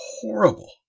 horrible